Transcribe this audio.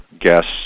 guests